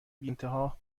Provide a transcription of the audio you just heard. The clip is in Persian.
بیانتها